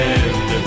end